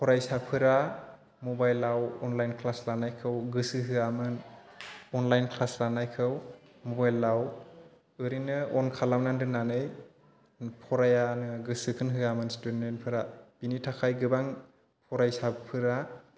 फरायसाफोरा मबाइलाव online class लानायखौ गोसो होआमोन अनलाइन क्लासअनलाइन क्लास लानायखौ मबाइलाव ओरैनो अन खालामना दोननानै फरायानो गोसोखौनो होआमोन स्टुडेन्टफोरा बेनि थाखाय गोबां फरायसाफोरा